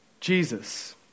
Jesus